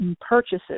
purchases